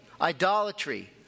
idolatry